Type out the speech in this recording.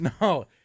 No